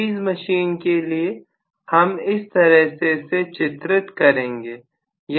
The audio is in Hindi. सीरीज मशीन के लिए हम इस तरह से इसे चित्र करेंगे